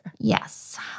Yes